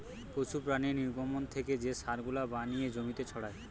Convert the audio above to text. পশু প্রাণীর নির্গমন থেকে যে সার গুলা বানিয়ে জমিতে ছড়ায়